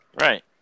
Right